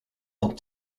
dan